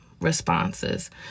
responses